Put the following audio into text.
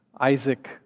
Isaac